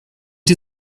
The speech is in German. die